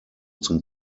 zum